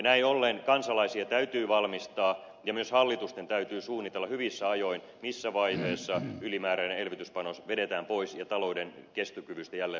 näin ollen kansalaisia täytyy valmistaa ja myös hallitusten täytyy suunnitella hyvissä ajoin missä vaiheessa ylimääräinen elvytyspanos vedetään pois ja talouden kestokyvystä jälleen huolehditaan